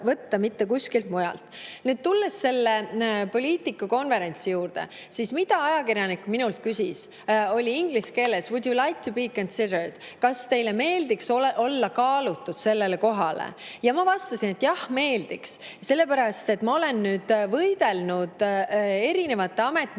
mitte kuskilt mujalt. Nüüd tulen selle Politico konverentsi juurde. Ajakirjanik küsis minult inglise keeles: "Would you like to be considered?" "Kas teile meeldiks olla kaalutud sellele kohale?" Ma vastasin, et jah, meeldiks, sellepärast et ma olen võidelnud erinevate ametnike eest,